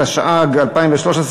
התשע"ג 2013,